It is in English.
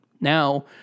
Now